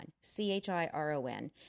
C-H-I-R-O-N